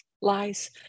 lies